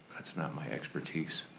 that's not my expertise.